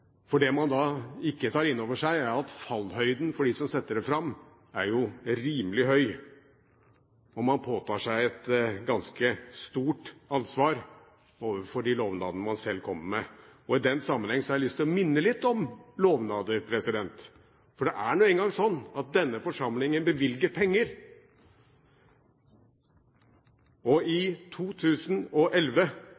for det man ikke tar inn over seg da, er at fallhøyden for dem som setter fram påstandene, er rimelig høy, og man påtar seg et ganske stort ansvar når det gjelder de lovnadene man selv kommer med. I den sammenheng har jeg lyst til å minne om lovnader, for det er nå engang sånn at denne forsamlingen bevilger penger. I